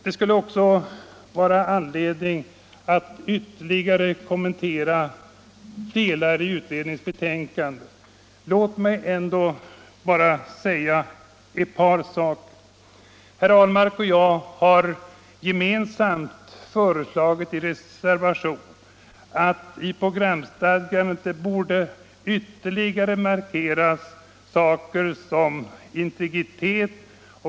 Det skulle vara anledning att ytterligare kommentera delar av utredningens betänkande. Låt mig bara säga ett par saker. Herr Ahlmark och jag har gemensamt i reservation föreslagit att i programstadgandet sådana saker som integritet ytterligare borde markeras.